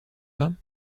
pas